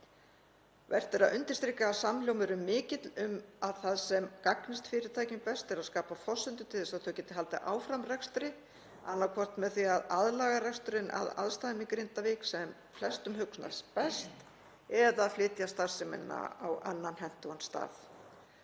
Vert er að undirstrika að samhljómur er mikill um að það sem gagnist fyrirtækjunum best er að skapa forsendur til þess að þau geti haldið áfram rekstri, annaðhvort með því að aðlaga reksturinn að aðstæðum í Grindavík, sem flestum hugnast best, eða flytja starfsemina á annan hentugan stað.